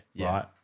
right